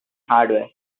hardware